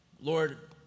Lord